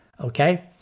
okay